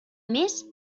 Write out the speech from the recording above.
més